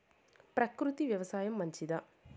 ప్రకృతి వ్యవసాయం మంచిదా?